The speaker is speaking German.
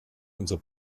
unser